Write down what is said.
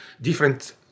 different